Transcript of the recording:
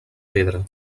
pedra